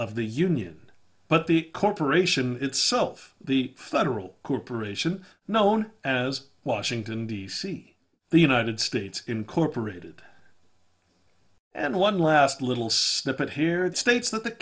of the union but the corporation itself the federal corporation known as washington d c the united states incorporated and one last little snippet here it states that th